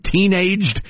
teenaged